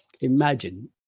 Imagine